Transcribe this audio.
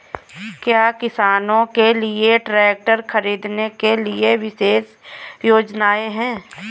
क्या किसानों के लिए ट्रैक्टर खरीदने के लिए विशेष योजनाएं हैं?